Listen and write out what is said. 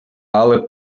але